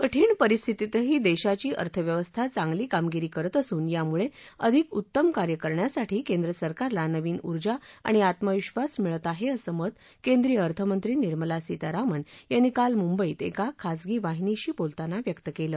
कठिण परिस्थितीतही देशाची अर्थव्यवस्था चांगली कामगिरी करत असून यामुळे अधिक उत्तम कार्य करण्यासाठी केंद्रसरकारला नवीन उर्जा आणि आत्मविक्वास मिळत आहे असं मत केंद्रीय अर्थमंत्री निर्मला सीतारामन यांनी काल मुंबईत एका खासगी वाहिनीशी बोलताना व्यक्त केलं